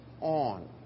on